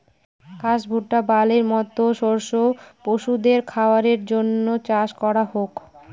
ঘাস, ভুট্টা, বার্লির মতো শস্য পশুদের খাবারের জন্য চাষ করা হোক